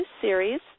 series